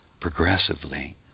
progressively